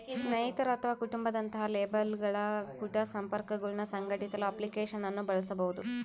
ಸ್ನೇಹಿತರು ಅಥವಾ ಕುಟುಂಬ ದಂತಹ ಲೇಬಲ್ಗಳ ಕುಟ ಸಂಪರ್ಕಗುಳ್ನ ಸಂಘಟಿಸಲು ಅಪ್ಲಿಕೇಶನ್ ಅನ್ನು ಬಳಸಬಹುದು